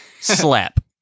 Slap